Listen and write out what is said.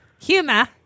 Humor